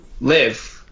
live